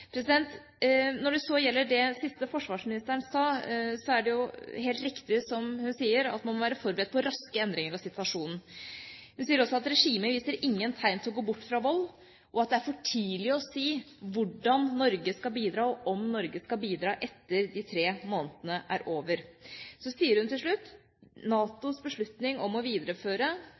Når det så gjelder det siste forsvarsministeren sa, er det jo helt riktig, som hun sier, at man må være forberedt på raske endringer i situasjonen. Hun sier også at regimet viser ingen tegn til å gå bort fra vold, og at det er for tidlig å si hvordan Norge skal bidra, og om Norge skal bidra etter at de tre månedene er over. Så sier hun til slutt: NATOs beslutning om å videreføre